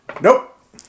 Nope